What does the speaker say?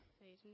Satan